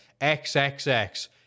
XXX